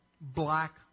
black